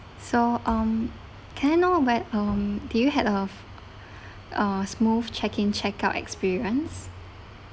so um can I know what um do you had uh uh smooth check in checkout experience